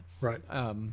Right